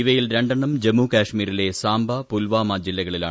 ഇവയിൽ രണ്ടെണ്ണും ജമ്മു കശ്മീരിലെ സാംബ പുൽവാമ ജില്ലകളിലാണ്